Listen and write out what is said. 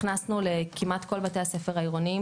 הכנסנו לכמעט כל בתי הספר העירוניים,